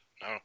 No